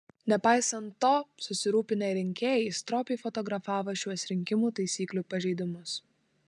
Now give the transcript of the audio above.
nepaisant to susirūpinę rinkėjai stropiai fotografavo šiuos rinkimų taisyklių pažeidimus